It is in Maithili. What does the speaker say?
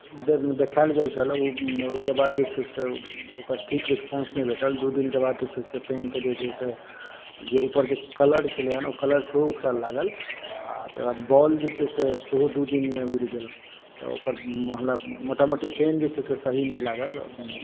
देखायल गेल छलऽ ओ ओहिके बाद जे छै से ओकर ठीक रिस्पांस नहि भेटल दू दिनकेँ बाद जे छै से पेन के जे छै से जे ऊपरके कलर छलैय कलर सेहो उखड़ऽ लागल आ तकर बाद बॉल जे छै से सेहो दू दिनमे उड़ि गेल तऽ ओकर मोटामोटी पेन जे छै से सही नहि लागल